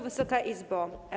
Wysoka Izbo!